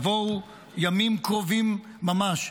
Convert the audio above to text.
יבואו ימים קרובים ממש,